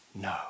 No